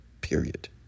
Period